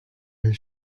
his